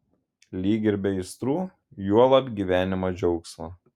lyg ir be aistrų juolab gyvenimo džiaugsmo